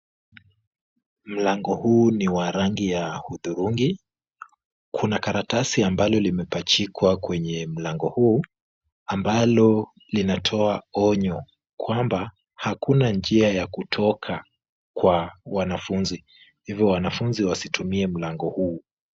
Mlango huu ni wa rangi ya hudhurungi. Kuna karatasi ambayo imepachikwa kwenye mlango huu, ambalo linatoa onyo kwamba, hakuna njia ya kutoka kwa wanafunzi, ili wanafunzi wasitumie lango huu.